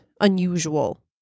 unusual